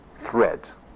threads